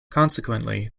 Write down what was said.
consequently